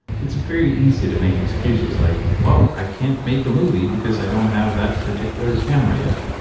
it's very easy to make excuses like well i can't make a movie because i don't have that particular camera yet.